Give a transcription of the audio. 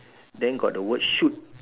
then got the word shoot